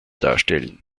darstellen